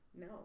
no